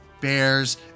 bears